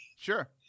Sure